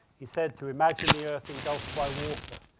he said to imagine the earth engulfed by water.